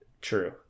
True